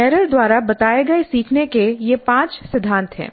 Merrill द्वारा बताए गए सीखने के ये पांच सिद्धांत हैं